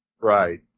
Right